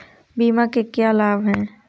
बीमा के क्या लाभ हैं?